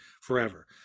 forever